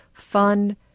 Fun